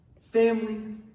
family